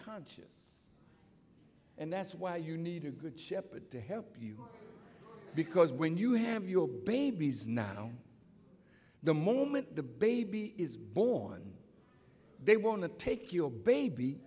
conscious and that's why you need a good shepherd to help you because when you have your babies now the moment the baby is born they want to take your baby